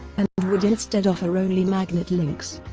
and would instead offer only magnet links.